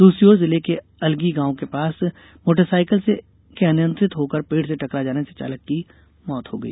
दूसरी ओर जिले के अलगी गांव के पास मोटरसायकल के अनियंत्रित होकर पेड़ से टकरा जाने से चालक की मौत हो गई